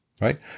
Right